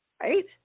Right